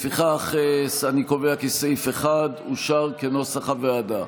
לפיכך אני קובע כי סעיף 1, כנוסח הוועדה,